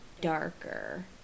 darker